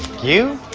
you.